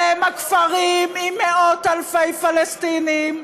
אלה הם כפרים עם מאות אלפי פלסטינים,